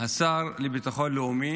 השר לביטחון לאומי